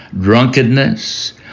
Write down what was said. drunkenness